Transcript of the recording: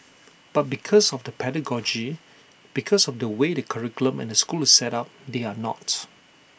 but because of the pedagogy because of the way the curriculum and the school is set up they are not